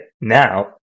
now